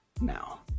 now